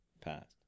Past